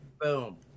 boom